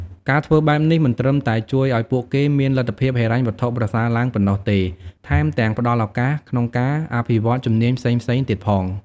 ការធ្វើបែបនេះមិនត្រឹមតែជួយឱ្យពួកគេមានលទ្ធភាពហិរញ្ញវត្ថុប្រសើរឡើងប៉ុណ្ណោះទេ ថែមទាំងផ្តល់ឱកាសក្នុងការអភិវឌ្ឍជំនាញផ្សេងៗទៀតផង។